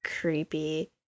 creepy